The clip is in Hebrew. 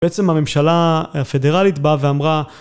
בעצם הממשלה הפדרלית באה ואמרה